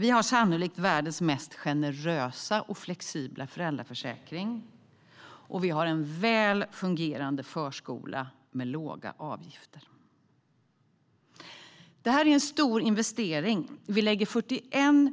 Vi har sannolikt världens mest generösa och flexibla föräldraförsäkring, och vi har en väl fungerande förskola med låga avgifter. Det här är en stor investering. Vi lägger 41